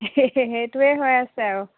সেইটোৱে হৈ আছে আৰু